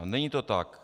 Není to tak.